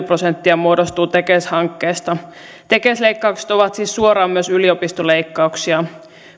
prosenttia muodostuu tekes hankkeista tekes leikkaukset ovat siis suoraan myös yliopistoleikkauksia